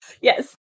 Yes